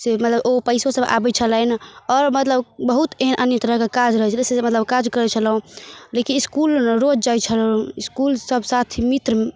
से मतलब ओ पइसोसब आबै छलनि आओर मतलब बहुत एहन अन्य तरहके काज रहै छलै से जे मतलब काज करै छलहुँ लेकिन इसकुल ने रोज जाइ छलहुँ इसकुल सभ साथी मित्र